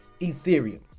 Ethereum